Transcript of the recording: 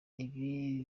ibi